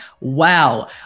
Wow